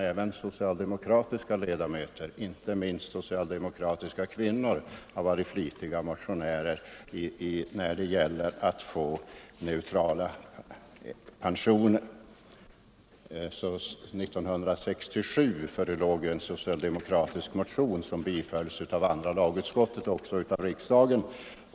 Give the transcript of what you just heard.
Även socialdemokratiska ledamöter, inte minst socialdemokratiska kvinnor, har varit flitiga motionärer när det gällt att åstadkomma neutrala pensioner. År 1967 väcktes sålunda en socialdemokratisk motion som tillstyrktes av andra lagutskottet och bifölls av riksdagen.